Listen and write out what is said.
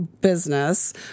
business